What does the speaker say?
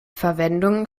verwendung